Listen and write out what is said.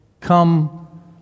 come